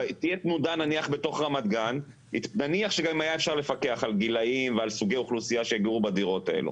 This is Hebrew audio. נניח שאפשר היה לפקח על גילאים ועל סוגי אוכלוסייה שיגורו בדירות האלה.